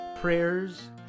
prayers